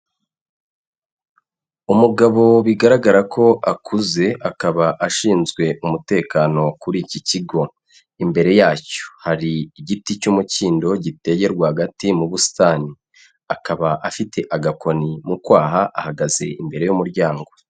Umugabo bigaragara ko akuze akaba ashinzwe umutekano kuri iki kigo, imbere yacyo hari igiti cy'umukindo giteye rwagati mu busitani, akaba afite agakoni mu kwaha ahagaze imbere y'umuryango.